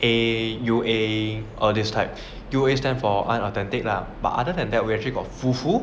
eh you a do all these types stand for unauthentic lah but other than that we actually got fufu